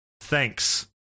Thanks